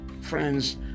Friends